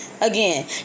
Again